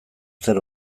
zer